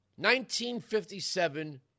1957